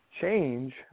change